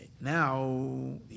Now